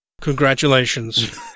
Congratulations